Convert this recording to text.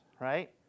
right